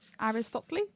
aristotle